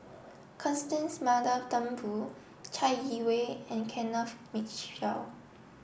Constance Mary Turnbull Chai Yee Wei and Kenneth Mitchell